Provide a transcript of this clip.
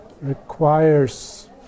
requires